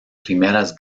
primeras